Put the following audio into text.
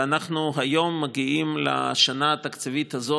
ואנחנו היום מגיעים לשנה התקציבית הזאת,